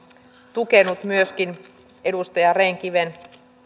tukenut myöskin edustaja rehn kiven